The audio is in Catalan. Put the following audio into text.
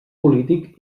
polític